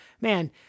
man